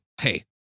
hey